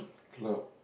club